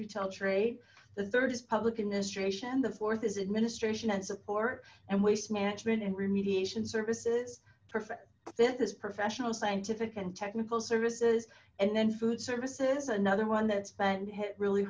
retail trade the third is public administration the fourth is administration and support and waste management and remediation services perfect fifth is professional scientific and technical services and then food services another one that's been hit really